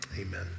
Amen